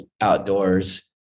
outdoors